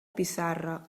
pissarra